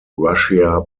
russia